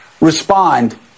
respond